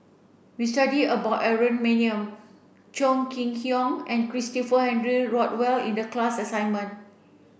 we studied about Aaron Maniam Chong Kee Hiong and Christopher Henry Rothwell in the class assignment